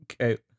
Okay